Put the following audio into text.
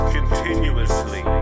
Continuously